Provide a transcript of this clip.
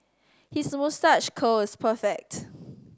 his moustache curl is perfect